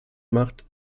macht